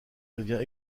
devient